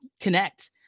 connect